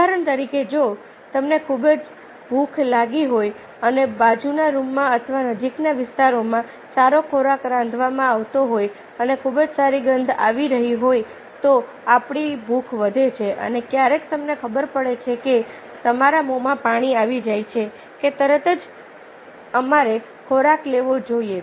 ઉદાહરણ તરીકેજો તમને ભૂખ લાગી હોય અને બાજુના રૂમમાં અથવા નજીકના વિસ્તારમાં સારો ખોરાક રાંધવામાં આવતો હોય અને ખૂબ જ સારી ગંધ આવી રહી હોય તો આપણી ભૂખ વધે છે અને ક્યારેક તમને ખબર પડે છે કે તમારા મોંમાં પાણી આવી જાય છે કે તરત જ અમારે ખોરાક લેવો જોઈએ